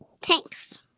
Thanks